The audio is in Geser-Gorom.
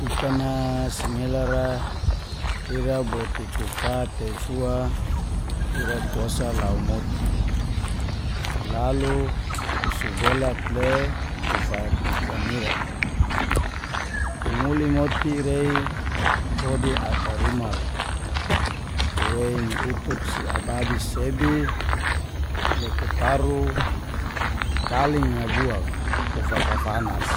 Ikan a singelar a ira bot kuka tei fua, ira kukosa lau moti, lalu kusubelak le kufar ikan ira kumuli moti rei kodi ata ruma ra kuwei ni utuk si ababis sebi le kutaru kaling a buak ku fakafanas,